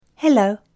Hello